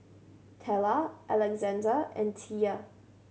Tella Alexandr and Tia